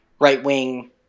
right-wing